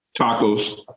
Tacos